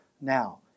Now